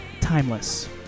timeless